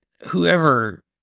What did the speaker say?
whoever